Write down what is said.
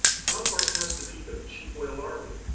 how far past the peak of cheap oil are we?